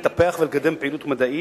לטפח ולקדם פעילות מדעית,